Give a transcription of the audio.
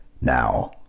Now